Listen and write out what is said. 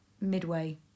Midway